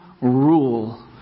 rule